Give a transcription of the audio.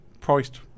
Priced